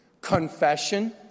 Confession